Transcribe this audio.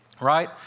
Right